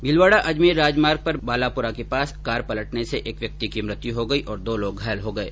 भीलवाडा अजमेर राजमार्ग पर बालापुरा के पास कार पलटने से एक व्यक्ति की मृत्यु हो गई और दो लोग घायल हो गये